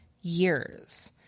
years